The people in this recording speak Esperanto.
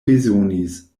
bezonis